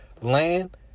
land